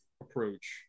approach